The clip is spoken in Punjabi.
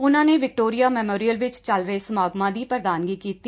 ਉਨਾਂ ਨੇ ਵਿਕਟੋਰੀਆ ਮੈਮੋਰੀਅਲ ਵਿਚ ਚਲ ਰਹੇ ਸਮਾਗਮਾਂ ਦੀ ਪ੍ਰਧਾਨਗੀ ਕੀਤੀ